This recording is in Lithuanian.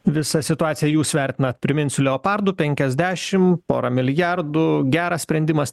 visą situaciją jūs vertinat priminsiu leopardų penkiasdešim porą milijardų geras sprendimas